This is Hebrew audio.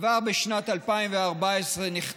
כבר בשנת 2014 נכתב,